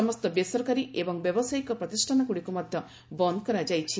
ସମସ୍ତ ବେସରକାରୀ ଏବଂ ବ୍ୟବସାୟିକ ପ୍ରତିଷ୍ଠାନଗୁଡ଼ିକୁ ମଧ୍ୟ ବନ୍ଦ କରାଯାଇଛି